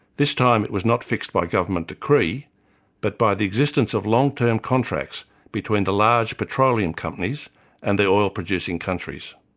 this time it was not fixed by government decree but by the existence of long-term contracts between the large petroleum companies and the oil producing countries.